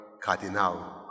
Cardinal